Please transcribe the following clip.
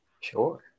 Sure